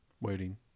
Waiting